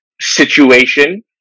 situation